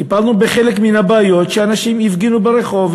טיפלנו בחלק מן הבעיות שאנשים בגללן הפגינו ברחוב,